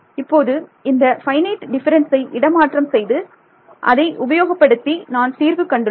இப்போது இந்த finite differences இடமாற்றம் செய்து அதை உபயோகப்படுத்தி நான் தீர்வு கண்டுள்ளேன்